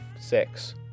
six